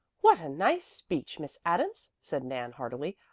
what a nice speech, miss adams! said nan heartily.